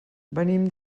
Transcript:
venim